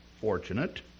fortunate